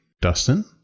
Dustin